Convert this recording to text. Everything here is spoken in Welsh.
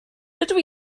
rydw